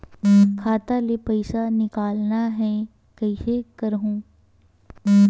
खाता ले पईसा निकालना हे, कइसे करहूं?